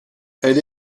elle